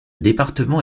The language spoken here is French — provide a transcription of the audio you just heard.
département